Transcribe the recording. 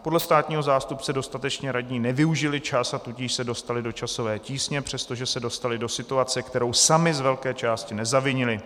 Podle státního zástupce dostatečně radní nevyužili čas, a tudíž se dostali do časové tísně, přestože se dostali do situace, kterou sami z velké části nezavinili.